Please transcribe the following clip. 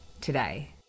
today